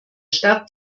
stadt